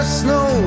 snow